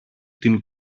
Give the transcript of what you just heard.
την